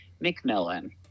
McMillan